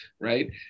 right